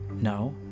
No